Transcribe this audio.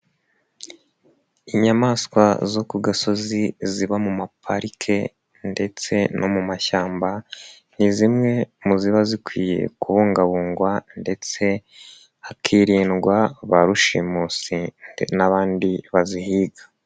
Inyamaswa zo ku gasozi ziba mu maparike ndetse no mu mashyamba, ni zimwe mu ziba zikwiye kubungabungwa ndetse hakiririndwa ba rushimusi n'abandi bazihiga.